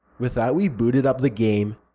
with that we booted up the game.